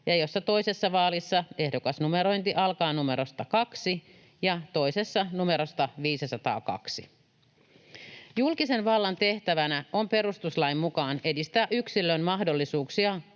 ja jossa toisessa vaalissa ehdokasnumerointi alkaa numerosta kaksi ja toisessa numerosta 502. Julkisen vallan tehtävänä on perustuslain mukaan edistää yksilön mahdollisuuksia